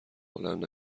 بلند